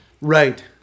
Right